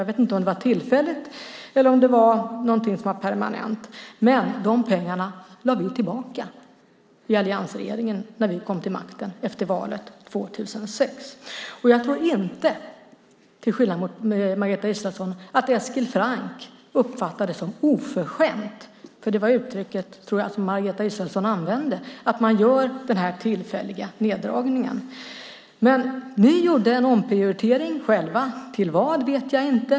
Jag vet inte om det då var tillfälligt eller permanent. Men de pengarna lade vi i alliansregeringen tillbaka när vi kom till makten efter valet 2006. Jag tror till skillnad från Margareta Israelsson inte att Eskil Franck uppfattar det som oförskämt - det var uttrycket som Margareta Israelsson använde, tror jag - att man gör den här tillfälliga neddragningen. Ni gjorde en omprioritering själva, till vad vet jag inte.